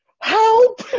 help